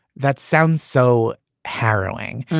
that sounds so harrowing.